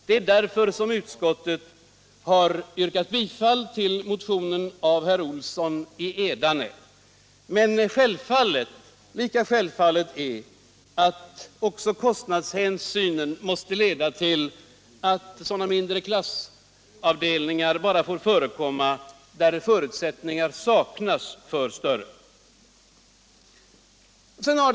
Det är därför som utskottet har yrkat bifall till motionen av herr Olsson i Edane, men självfallet måste kostnadshänsyn leda till att mindre klassavdelningar bara får förekomma där förutsättningar för större saknas.